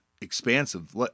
expansive